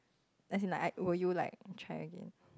as in like I will you like try again